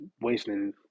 wasting